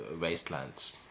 wastelands